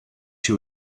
you